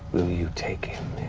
will you take